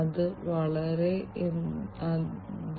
അതിനാൽ ഈ കേസിൽ ഇത് എങ്ങനെ ചെയ്യാം